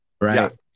Right